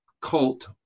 cult